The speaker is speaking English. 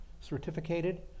certificated